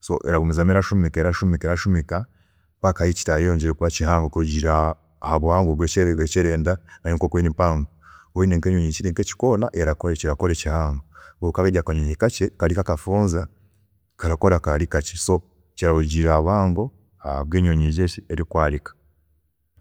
so eragumizamu eragashumika, erashumika, erashumika, mpaka ahi kirayeyongyerere kuba kihango kurugiirira habuhango bwekyaari ekyerenda, nayo nkoku erimpango, kyaaba kiri nkekikoona kirakora ekyaari kihango kandi kaaba kari nka akafunza, karakora akaari kakye, so kirarugiirira ahabuhango bwenyonyi egyo erikwaarika.